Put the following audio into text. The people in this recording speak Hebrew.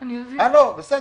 בסדר,